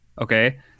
okay